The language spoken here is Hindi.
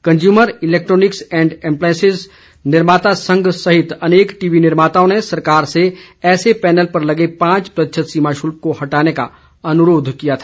कंज्यूमर इलेक्ट्रानिक्स एंड अप्लाइंसेज निर्माता संघ सहित अनेक टीवी निर्माताओं ने सरकार से ऐसे पैनल पर लगे पांच प्रतिशत सीमा शुल्क को हटाने का अनुरोध किया था